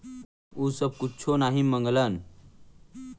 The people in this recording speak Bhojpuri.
उ सब कुच्छो नाही माँगलन